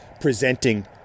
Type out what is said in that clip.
Presenting